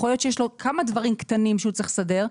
יכול להיות שיש לו כמה דברים קטנים שהוא צריך לסדר,